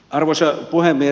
arvoisa puhemies